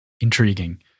intriguing